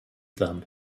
them